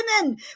women